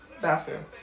bathroom